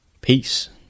Peace